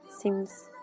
seems